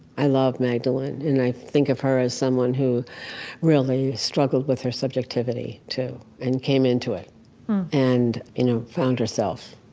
i love magdalene. and i think of her as someone who really struggled with her subjectivity too and came into it and you know found herself.